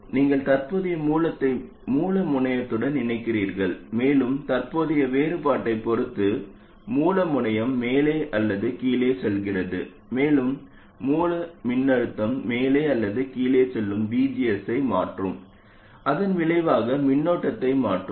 நீங்கள் தற்போதைய மூலத்தை மூல முனையத்துடன் இணைக்கிறீர்கள் மேலும் தற்போதைய வேறுபாட்டைப் பொறுத்து மூல முனையம் மேலே அல்லது கீழே செல்கிறது மேலும் மூல மின்னழுத்தம் மேலே அல்லது கீழே செல்லும் VGS ஐ மாற்றும் அதன் விளைவாக மின்னோட்டத்தை மாற்றும்